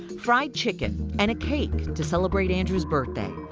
fried chicken and a cake to celebrate andrew's birthday.